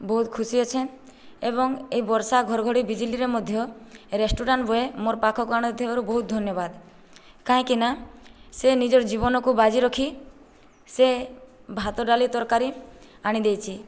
ବହୁତ ଖୁସି ଅଛି ଏବଂ ଏ ବର୍ଷା ଘଡ଼ଘଡ଼ି ବିଜୁଳିରେ ମଧ୍ୟ ରେଷ୍ଟୁରାଣ୍ଟ ବଏ ମୋର ପାଖକୁ ଆଣିଥିବାରୁ ବହୁତ ଧନ୍ୟବାଦ କାହିଁକିନା ସେ ନିଜର ଜୀବନକୁ ବାଜି ରଖି ସେ ଭାତ ଡାଲି ତରକାରୀ ଆଣି ଦେଇଛି